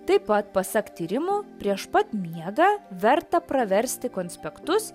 taip pat pasak tyrimų prieš pat miegą verta praversti konspektus